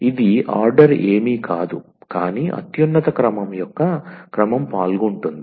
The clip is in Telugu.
ఇది ఆర్డర్ ఏమీ కాదు కానీ అత్యున్నత క్రమం యొక్క క్రమం పాల్గొంటుంది